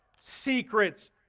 secrets